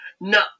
no